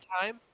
time